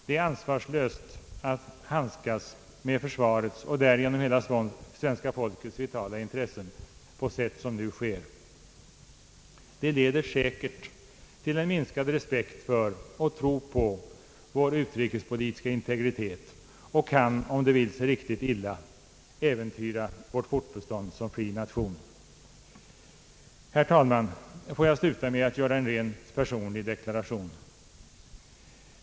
Det är ansvarslöst att handskas med försvarets och därigenom hela svenska folkets vitala intressen på sätt som nu sker; det leder säkert till en minskad respekt för och tro på vår utrikespolitiska integritet och kan, om det vill sig riktigt illa, äventyra vårt fortbestånd som fri nation. Herr talman! Får jag sluta med en rent personlig deklaration.